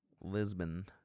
Lisbon